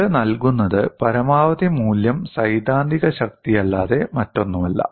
ഇത് നൽകുന്നത് പരമാവധി മൂല്യം സൈദ്ധാന്തിക ശക്തിയല്ലാതെ മറ്റൊന്നുമല്ല